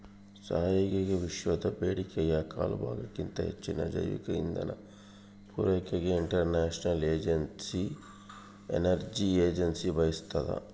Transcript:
ಸಾರಿಗೆಗೆವಿಶ್ವದ ಬೇಡಿಕೆಯ ಕಾಲುಭಾಗಕ್ಕಿಂತ ಹೆಚ್ಚಿನ ಜೈವಿಕ ಇಂಧನ ಪೂರೈಕೆಗೆ ಇಂಟರ್ನ್ಯಾಷನಲ್ ಎನರ್ಜಿ ಏಜೆನ್ಸಿ ಬಯಸ್ತಾದ